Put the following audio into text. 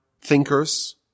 thinkers